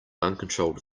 uncontrolled